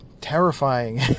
terrifying